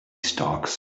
stocks